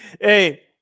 Hey